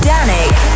Danik